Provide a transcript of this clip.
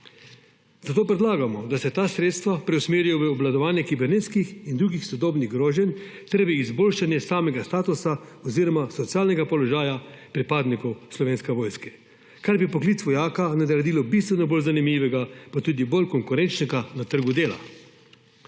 Zato predlagamo, da se ta sredstva preusmerijo v obvladovanje kibernetskih in drugih sodobnih groženj ter v izboljšanje samega statusa oziroma socialnega položaja pripadnikov Slovenske vojske, kar bi poklic vojaka naredilo bistveno bolj zanimivega, pa tudi bolj konkurenčnega na trgu dela.